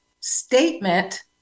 statement